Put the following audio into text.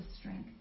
strength